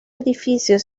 edificio